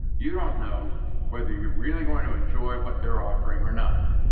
you don't know whether you're really going to enjoy what they're offering or not.